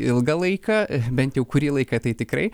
ilgą laiką bent jau kurį laiką tai tikrai